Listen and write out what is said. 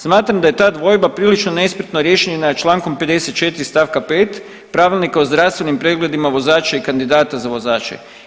Smatram da je ta dvojba prilično nespretno riješena nad čl. 54. st. 5. Pravilnika o zdravstvenim pregledima vozača i kandidata za vozače.